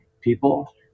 people